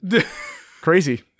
Crazy